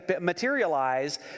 materialize